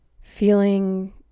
feeling